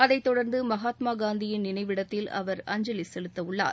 அதைத்தொடர்ந்து மகாத்மா காந்தியின் நினைவு இடத்தில் அவர் அஞ்சலி செலுத்தவுள்ளார்